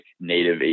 native